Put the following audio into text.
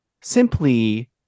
simply